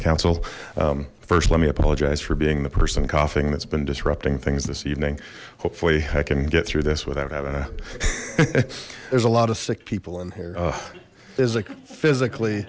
council first let me apologize for being the person coughing that's been disrupting things this evening hopefully i can get through this without having a there's a lot of sick people in here is like physically